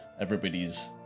everybody's